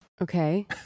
Okay